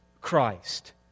Christ